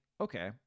okay